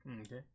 Okay